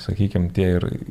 sakykim tie ir